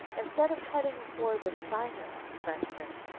instead of heading for the science section,